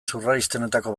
surrealistenetako